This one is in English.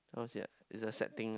how to say ah it's a sad thing ah